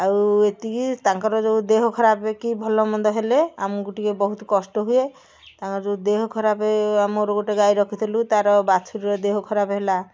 ଆଉ ଏତିକି ତାଙ୍କର ଯେଉଁ ଦେହ ଖରାପ କି ଭଲ ମନ୍ଦ ହେଲେ ଆମକୁ ଟିକେ ବହୁତ କଷ୍ଟ ହୁଏ ତାଙ୍କର ଯେଉଁ ଦେହ ଖରାପ ଆମର ଗୋଟେ ଗାଈ ରଖିଥିଲୁ ତାର ବାଛୁରୀର ଦେହ ଖରାପ ହେଲା